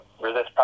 resist